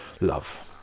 love